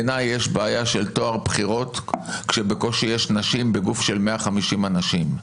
בעיניי יש בעיה של טוהר בחירות כשבקושי יש נשים בגוף של 150 אנשים.